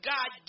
God